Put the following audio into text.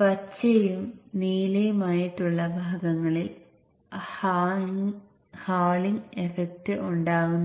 പകരം 2 അധിക സ്വിച്ചുകൾ Q3 Q4 എന്നിവ ഉപയോഗിച്ച് ഹാഫ് ബ്രിഡ്ജ് കൺവെർട്ടർ